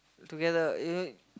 together uh you